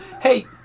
Hey